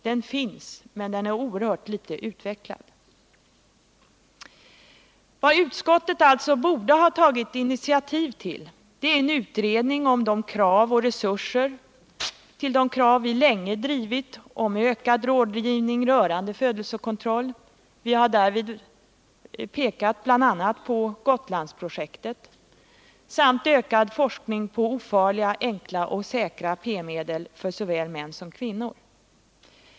Den finns, men den är oerhört litet utvecklad. Vad utskottet alltså borde ha tagit initiativ till är en utredning om de krav som vi länge drivit om en ökad rådgivning rörande födelsekontroll och resurser till dessa — vi har därvid pekat på bl.a. Gotlandsprojektet— samt ökad forskning om ofarliga, enkla och säkra preventivmedel för såväl män som kvinnor.